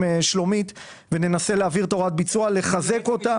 שלומית וננסה להבהיר את הוראת הביצוע ולחזק אותה.